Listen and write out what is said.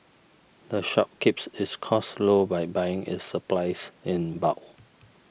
the shop keeps its costs low by buying its supplies in bulk